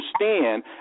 understand